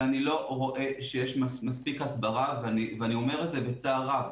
ואני לא רואה שיש מספיק הסברה ואני אומר את זה בצער רב.